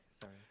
sorry